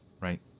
right